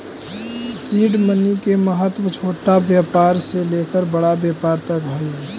seed money के महत्व छोटा व्यापार से लेकर बड़ा व्यापार तक हई